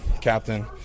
Captain